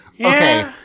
okay